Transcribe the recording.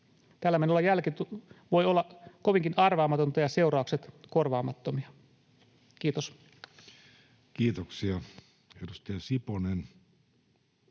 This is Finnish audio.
Tällä menolla jälki voi olla kovinkin arvaamatonta ja seuraukset korvaamattomia. — Kiitos. Kiitoksia. — Edustaja Siponen